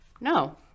no